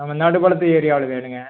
ஆமாம் நடுப்பாளைத்து ஏரியாவில் வேணுங்க